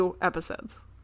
episodes